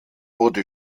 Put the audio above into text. wurde